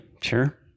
sure